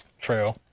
True